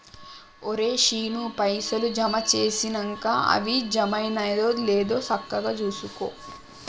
ఒరే శీనూ, పైసలు జమ జేసినంక అవి జమైనయో లేదో సక్కగ జూసుకో